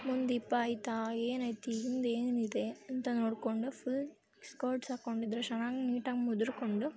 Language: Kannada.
ಮುಂದೆ ದೀಪ ಐತಾ ಏನೈತಿ ಹಿಂದ್ ಏನಿದೆ ಅಂತ ನೋಡಿಕೊಂಡು ಫುಲ್ ಸ್ಕರ್ಟ್ಸ್ ಹಾಕ್ಕೊಂಡಿದ್ದರೆ ಶನಾಗ್ ನೀಟಾಗಿ ಮುದ್ರಿಕೊಂಡು